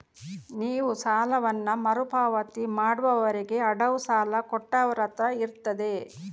ನೀವು ಸಾಲವನ್ನ ಮರು ಪಾವತಿ ಮಾಡುವವರೆಗೆ ಅಡವು ಸಾಲ ಕೊಟ್ಟವರತ್ರ ಇರ್ತದೆ